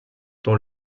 dans